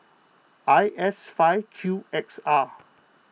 I S five Q X R